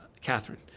Catherine